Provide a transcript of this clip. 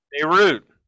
Beirut